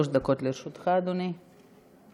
שלוש דקות לרשותך, אדוני.